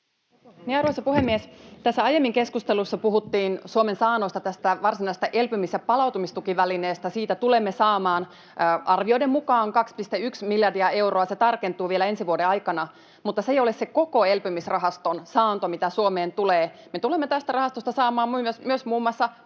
Arvoisa puhemies! Aiemmin tässä keskustelussa puhuttiin Suomen saannosta tästä varsinaisesta elpymis- ja palautumistukivälineestä. Siitä tulemme saamaan arvioiden mukaan 2,1 miljardia euroa, ja se tarkentuu vielä ensi vuoden aikana, mutta se ei ole se koko elpymisrahaston saanto, mitä Suomeen tulee. Me tulemme tästä rahastosta saamaan myös muun muassa